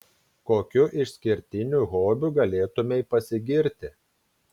kokiu išskirtiniu hobiu galėtumei pasigirti